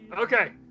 Okay